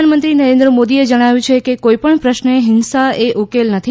પ્રધાનમંત્રી નરેન્દ્ર મોદીએ જણાવ્યુ છે કે કોઇપણ પશ્ને હીંસાઅ ઉકેલ નથી